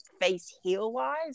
face-heel-wise